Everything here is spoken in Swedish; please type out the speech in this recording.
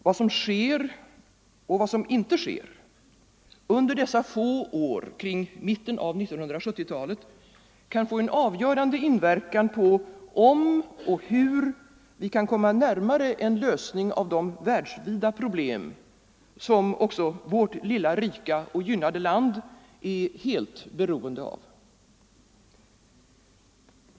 Vad som sker — och vad som inte sker —- under dessa få år i mitten av 1970-talet kan få en avgörande inverkan på om och hur vi kan komma närmare en lösning av de världsvida problem, som också vårt lilla rike och gynnade land är helt beroende av.